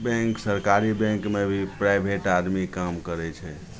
bank सरकारी बैँकमे भी प्राइवेट आदमी काम करै छै